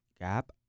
gap